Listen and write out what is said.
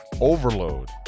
overload